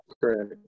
correct